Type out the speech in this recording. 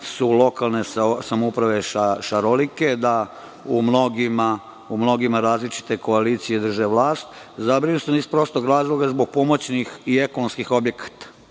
su lokalne samouprave šarenolike, u mnogima različite koalicije drže vlast i zabrinut sam iz prostog razloga zbog pomoćnih i ekonomskih objekata. Dakle,